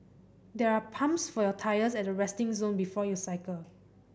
there are pumps for your tyres at the resting zone before you cycle